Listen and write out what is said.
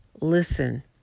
listen